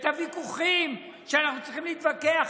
את הוויכוחים שאנחנו צריכים להתווכח.